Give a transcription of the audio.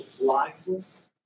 lifeless